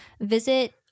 visit